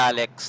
Alex